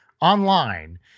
online